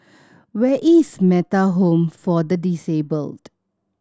where is Metta Home for the Disabled